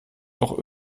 doch